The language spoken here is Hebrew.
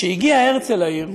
כשהגיע הרצל לעיר